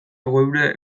geure